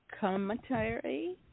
commentary